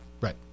right